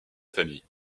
famille